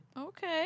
Okay